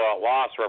loss